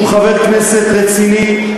שהוא חבר כנסת רציני,